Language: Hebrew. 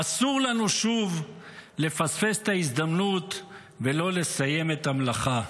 אסור לנו שוב לפספס את ההזדמנות ולא לסיים את המלאכה.